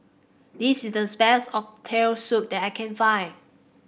this is thus best Oxtail Soup that I can find